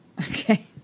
Okay